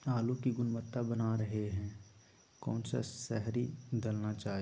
आलू की गुनबता बना रहे रहे कौन सा शहरी दलना चाये?